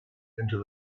into